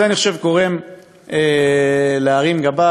אני חושב שזה גורם להרים גבה,